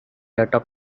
atop